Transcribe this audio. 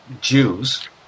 Jews